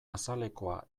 azalekoa